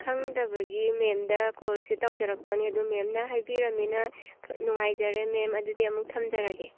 ꯈꯪꯗꯕꯒꯤ ꯃꯦꯝꯗ ꯀꯣꯜꯁꯤ ꯇꯧꯖꯔꯛꯄꯅꯤ ꯑꯗꯨ ꯃꯦꯝꯅ ꯍꯥꯏꯕꯤꯔꯕꯅꯤꯅ ꯅꯨꯡꯉꯥꯏꯖꯔꯦ ꯃꯦꯝ ꯑꯗꯨꯗꯤ ꯑꯃꯨꯛ ꯊꯝꯖꯔꯒꯦ